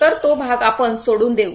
तर तो भाग आपण सोडून देऊ